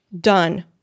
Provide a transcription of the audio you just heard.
done